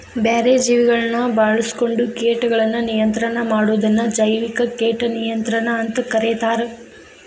ಬ್ಯಾರೆ ಜೇವಿಗಳನ್ನ ಬಾಳ್ಸ್ಕೊಂಡು ಕೇಟಗಳನ್ನ ನಿಯಂತ್ರಣ ಮಾಡೋದನ್ನ ಜೈವಿಕ ಕೇಟ ನಿಯಂತ್ರಣ ಅಂತ ಕರೇತಾರ